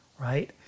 right